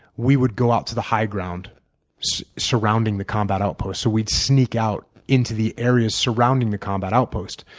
we would go out to the high ground surrounding the combat outposts. so we'd sneak out into the areas surrounding the combat outpost.